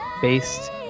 based